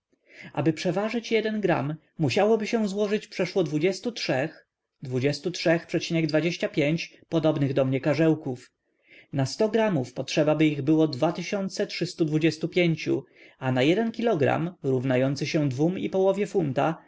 aby przeważyć jeden gram musiałoby się złożyć przeszło dwudziestu trzech dwudziestu trzech przecina dwadzieścia pięć podobnych do mnie karzełków na sto gramów potrzebaby ich było dwa tysiące trzy stu dwudziestu pięciu a na jeden kilogram równający się dwom i połowie funta